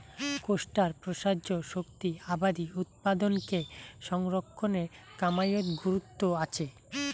কোষ্টার প্রসার্য শক্তি আবাদি উৎপাদনক সংরক্ষণের কামাইয়ত গুরুত্ব আচে